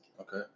Okay